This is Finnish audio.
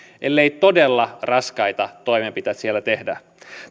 ellei todella raskaita toimenpiteitä siellä tehdä